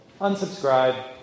unsubscribe